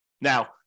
Now